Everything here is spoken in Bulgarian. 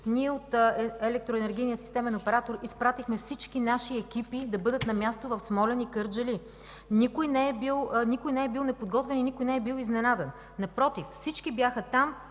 Ние от Електроенергийния системен оператор изпратихме всички наши екипи да бъдат на място в Смолян и Кърджали. Никой не е бил неподготвен и никой не е бил изненадан. Напротив, всички бяха там,